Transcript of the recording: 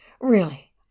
Really